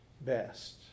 best